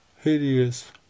Hideous